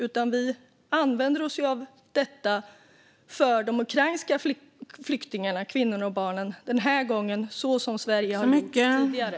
Den här gången använder vi oss av det för de ukrainska flyktingarna, kvinnorna och barnen, så som Sverige har gjort tidigare.